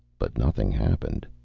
but nothing happened.